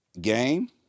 Game